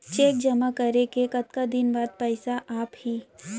Cheque जेमा करें के कतका दिन बाद पइसा आप ही?